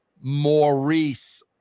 Maurice